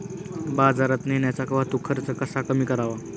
बाजारात नेण्याचा वाहतूक खर्च कसा कमी करावा?